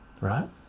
right